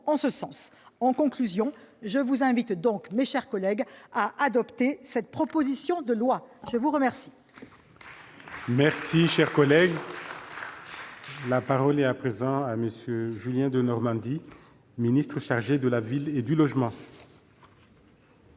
En conclusion, je vous invite, mes chers collègues, à adopter cette proposition de loi. La parole